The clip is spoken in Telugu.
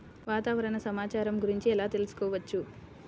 వాతావరణ సమాచారము గురించి ఎలా తెలుకుసుకోవచ్చు?